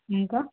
ఇంకా